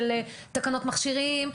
של תקנות מכשירים,